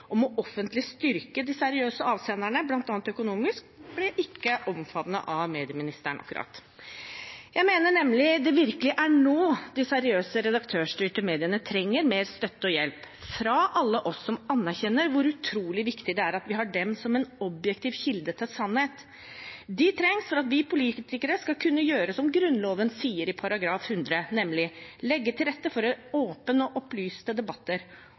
om offentlig å styrke de seriøse avsenderne bl.a. økonomisk ble ikke akkurat omfavnet av medieministeren. Jeg mener nemlig det virkelig er nå de seriøse redaktørstyrte mediene trenger mer støtte og hjelp, fra alle oss som anerkjenner hvor utrolig viktig det er at vi har dem som en objektiv kilde til sannhet. De trengs for at vi politikere skal kunne gjøre som Grunnloven sier i § 100, nemlig: legge til rette for en åpen og